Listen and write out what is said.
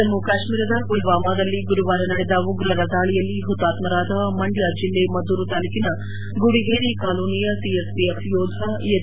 ಜಮ್ಮೆ ಕಾಶ್ಮೀರದ ಮಲ್ವಾಮಾದಲ್ಲಿ ಗುರುವಾರ ನಡೆದ ಉಗ್ರರ ದಾಳಿಯಲ್ಲಿ ಹುತಾತ್ಮರಾದ ಮಂಡ್ಯ ಜಿಲ್ಲೆ ಮದ್ದೂರು ತಾಲೂಕಿನ ಗುಡಿಗೆರೆ ಕಾಲೋನಿಯ ಸಿಆರ್ಪಿಎಫ್ ಯೋಧ ಎಚ್